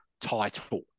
title